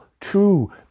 true